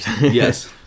Yes